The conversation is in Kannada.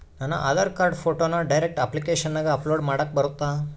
ನನ್ನ ಆಧಾರ್ ಕಾರ್ಡ್ ಫೋಟೋನ ಡೈರೆಕ್ಟ್ ಅಪ್ಲಿಕೇಶನಗ ಅಪ್ಲೋಡ್ ಮಾಡಾಕ ಬರುತ್ತಾ?